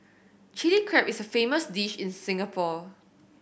Chilli Crab is a famous dish in Singapore